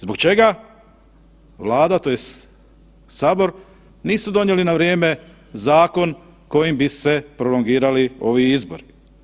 Zbog čega Vlada tj. Sabor nisu donijeli na vrijeme zakon kojim bi se prolongirali ovi izbori?